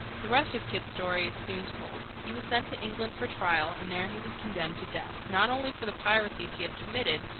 the rest of kidd's story is soon told he was sent to england for trial, and there he was condemned to death, not only for the piracies he had committed,